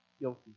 guilty